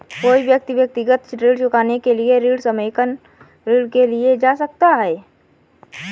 कोई व्यक्ति व्यक्तिगत ऋण चुकाने के लिए ऋण समेकन ऋण के लिए जा सकता है